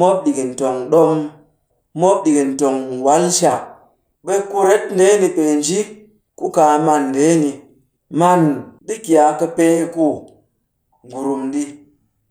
mop ɗikin tong ɗom, mop ɗikin tong wal shak, ɓe kuret ndeeni pee nji ku kaa man ndeeni. Man ɗi ki a kɨpee ku ngurum ɗi.